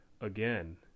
Again